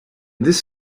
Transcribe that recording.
this